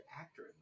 actor